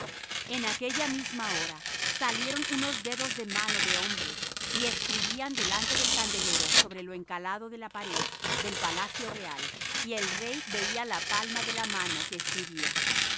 en aquella misma hora salieron unos dedos de mano de hombre y escribían delante del candelero sobre lo encalado de la pared del palacio real y el rey veía la palma de la mano que escribía